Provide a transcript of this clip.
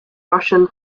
russian